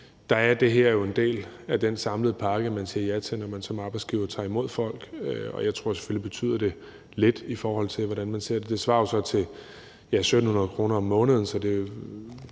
der er det her jo en del af den samlede pakke, man siger ja til, når man som arbejdsgiver tager imod folk, og jeg tror selvfølgelig, det betyder lidt, i forhold til hvordan man ser på det. Det svarer jo så til 1.700 kr. om måneden,